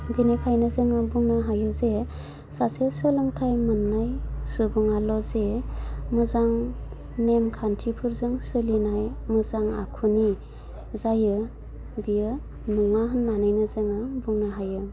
बेनिखायनो जोङो बुंनो हायो जे सासे सोलोंथाइ मोननाय सुबुंआल' जे मोजां नेम खान्थिफोरजों सोलिनानै मोजां आखुनि जायो बियो नङा होननानैनो जोङो बुंनो हायो